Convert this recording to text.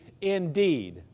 indeed